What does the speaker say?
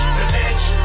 revenge